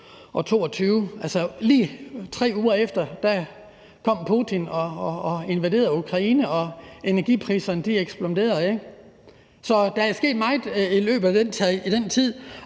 Lige 3 uger efter invaderede Putin Ukraine, og energipriserne eksploderede. Så der er sket meget i løbet af den tid,